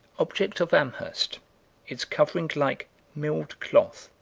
object of amherst its covering like milled cloth